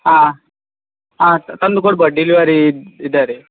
ಹಾಂ ಹಾಂ ತ ತಂದು ಕೊಡ್ಬೋದು ಡಿಲಿವರೀ ಇದ್ದಾರೆ